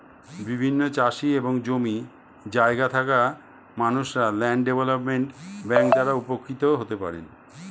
বিভিন্ন চাষি এবং জমি জায়গা থাকা মানুষরা ল্যান্ড ডেভেলপমেন্ট ব্যাংক দ্বারা উপকৃত হতে পারেন